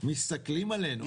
מסתכלים עלינו.